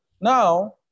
Now